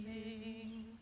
the